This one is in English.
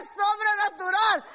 sobrenatural